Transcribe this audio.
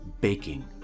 baking